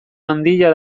handia